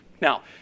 now